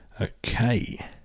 Okay